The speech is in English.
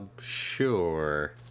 Sure